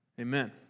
Amen